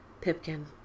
Pipkin